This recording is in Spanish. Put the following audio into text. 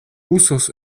usos